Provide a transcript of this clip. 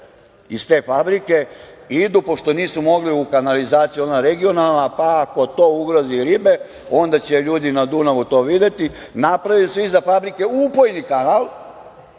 iz te fabrike, idu, pošto nisu mogli u kanalizaciju, ona je regionalna, pa ako to ugrozi ribe, onda će ljudi na Dunavu to videti, napravili su iza fabrike kanal,